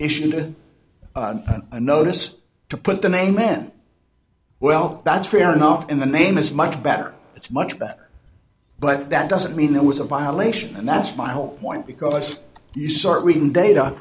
issued a notice to put them a man well that's fair enough in the name is much better it's much better but that doesn't mean there was a violation and that's my whole point because you start reading data